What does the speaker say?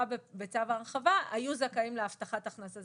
בצו ההרחבה היו זכאים להבטחת הכנסה.